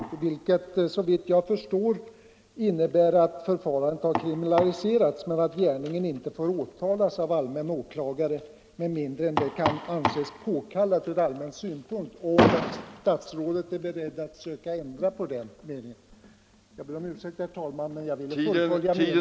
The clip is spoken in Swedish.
Det innebär såvitt jag förstår att förfarandet har kriminaliserats men att gärningen inte får åtalas av allmän åklagare med mindre det kan anses påkallat ur allmän synpunkt. Är statsrådet beredd att ändra på detta förhållande?